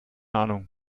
ahnung